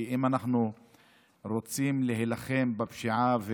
כי אם אנחנו רוצים להילחם בפשיעה,